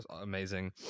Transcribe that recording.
amazing